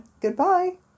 Goodbye